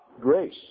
grace